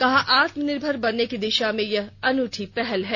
कहा आत्मनिर्भर बनने की दिशा में यह अनूठी पहल है